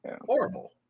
horrible